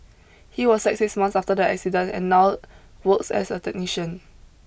he was sacked six months after the incident and now works as a technician